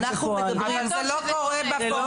אנחנו מדברים --- אבל זה לא קורה בפועל.